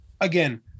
again